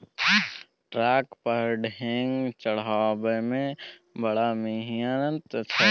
truck पर ढेंग चढ़ेबामे बड़ मिहनत छै